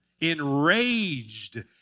Enraged